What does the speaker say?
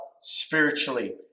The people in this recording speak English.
spiritually